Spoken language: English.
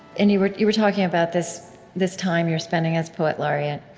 and you were you were talking about this this time you're spending as poet laureate.